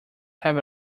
have